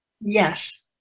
yes